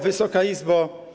Wysoka Izbo!